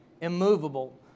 immovable